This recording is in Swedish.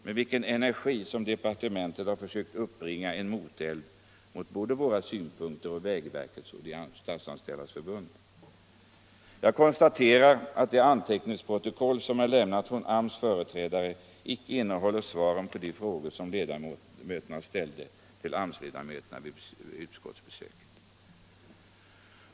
Med vilken energi har inte departementet försökt att anlägga en moteld mot synpunkterna från oss, från vägverket och från Statsanställdas förbund. Jag konstaterar att det anteckningsprotokoll som är lämnat från AMS företrädare icke innehåller svaren på de frågor som utskottsledamöterna ställde till AMS-representanterna vid utskottsbesöket.